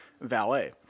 valet